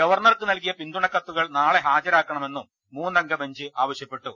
ഗവർണർക്ക് നൽകിയ പിന്തുണക്കത്തുകൾ നാളെ ഹാജരാക്ക ണമെന്നും മൂന്നംഗ ബെഞ്ച് ആവശ്യപ്പെട്ടു